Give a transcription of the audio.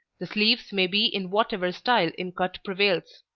the sleeves may be in whatever style in cut prevails.